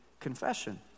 confession